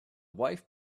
wife